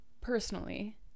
personally